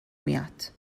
میاد